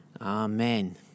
Amen